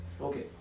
Okay